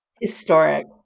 Historic